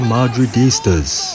Madridistas